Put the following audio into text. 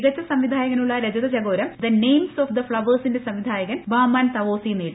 മികച്ച സംവിധായകനുള്ള രജതചകോരം ദി നെയിംസ് ഓഫ് ദി ഫ്ളവേഴ് സിന്റെ സംവിധായകൻ ബാഹ്മാൻ തവോസി നേടി